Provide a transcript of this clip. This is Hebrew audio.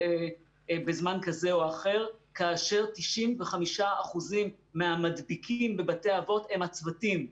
בזמן כזה או אחר כאשר 95% מהמדביקים בבתי האבות הם הצוותים,